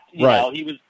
Right